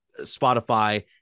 Spotify